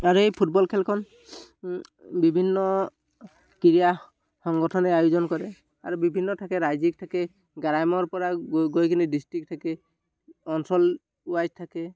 আৰু এই ফুটবল খেলখন বিভিন্ন ক্ৰীড়া সংগঠনে আয়োজন কৰে আৰু বিভিন্ন থাকে ৰাজ্যৰ থাকে গ্ৰাম্যৰপৰা গৈ কিনে ডিষ্ট্ৰিক থাকে অঞ্চল ৱাইজ থাকে